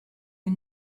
you